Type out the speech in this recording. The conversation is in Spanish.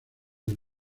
del